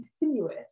continuous